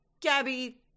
Gabby